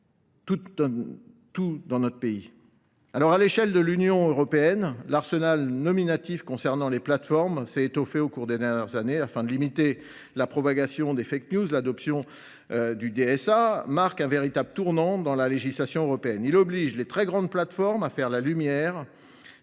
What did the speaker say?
et à nos valeurs. À l’échelle de l’Union européenne, l’arsenal normatif concernant les plateformes s’est étoffé au cours des dernières années. Afin de limiter la propagation des, l’adoption du DSA a marqué un véritable tournant dans la législation européenne. Il oblige les très grandes plateformes à faire la lumière